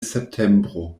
septembro